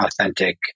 authentic